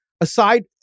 aside